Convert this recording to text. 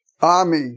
army